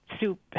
soup